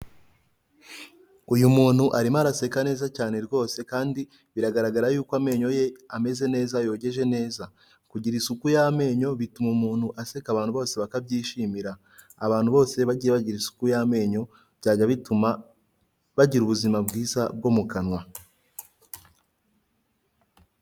Uyu muntu arimo araseka neza cyane rwose kandi biragaragara yuko amenyo ye ameze neza yogeje neza, kugira isuku y'amenyo bituma umuntu aseka abantu bose bakabyishimira, abantu bose bagiye bagira isuku y'amenyo byajya bituma bagira ubuzima bwiza bwo mu kanwa.